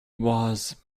was